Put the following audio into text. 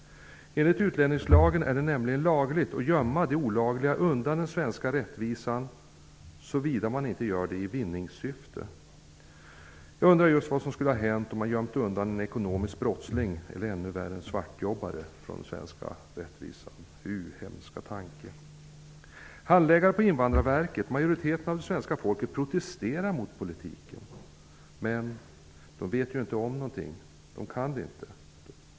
Enligt utlänningslagen är det nämligen lagligt att gömma de olagliga undan den svenska rättvisan, såvida man inte gör det i vinningssyfte. Jag undrar just vad som skulle ha hänt om man gömt undan en ekonomisk brottsling eller ännu värre en svartjobbare från den svenska rättvisan. Hu! Hemska tanke! Handläggare på Invandrarverket och majoriteten av det svenska folket protesterar mot politiken. Men de vet ju ingenting. De kan ingenting.